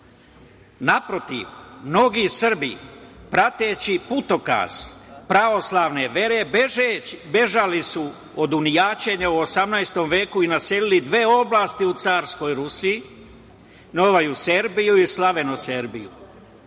Naprotiv, mnogi Srbi, prateći putokaz pravoslavne vere, bežeći, bežali su od unijaćenja u 18 veku i naselili dve oblasti u carskoj Rusiji, Novaju Serbiju i Slavenoserbiju. Nadalje,